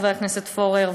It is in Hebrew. חבר הכנסת פורר,